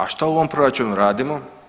A što u ovom proračunu radimo?